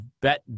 bet